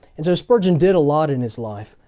and so spurgeon did a lot in his life.